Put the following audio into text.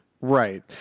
Right